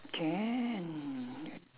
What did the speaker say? can